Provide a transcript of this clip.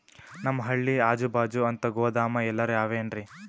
ನಮ್ ಹಳ್ಳಿ ಅಜುಬಾಜು ಅಂತ ಗೋದಾಮ ಎಲ್ಲರೆ ಅವೇನ್ರಿ?